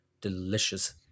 delicious